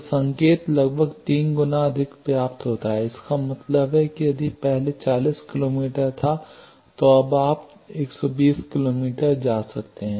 तो संकेत लगभग तीन गुना अधिक प्राप्त होता है इसका मतलब है कि यदि पहले यह 40 किलोमीटर था तो अब आप 120 किलोमीटर जा सकते हैं